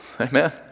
Amen